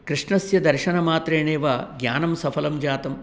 कृष्णस्य दर्शनमात्रेणेव ज्ञानं सफलं जातं